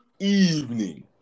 Evening